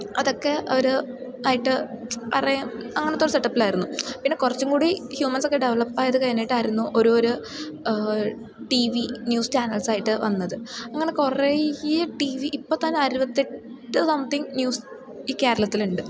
അതൊക്കെ അവർ ആയിട്ട് അറ അങ്ങനത്തെ സെറ്റ് അപ്പിലായിരുന്നു പിന്നെ കുറച്ചും കൂടി ഹ്യൂമൻസൊക്കെ ഡെവലപ്പായതു കഴഞ്ഞിട്ടായിരുന്നു ഓരോരോ ടി വി ന്യൂസ് ചാനൽസായിട്ടു വന്നത് അങ്ങനെ കുറേ ഈ ടി വി ഇപ്പം തന്ന അറുപത്തെട്ട് സംതിങ് ന്യൂസ് ഈ കേരളത്തിലുണ്ട്